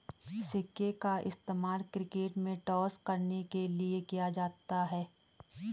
सिक्के का इस्तेमाल क्रिकेट में टॉस करने के लिए किया जाता हैं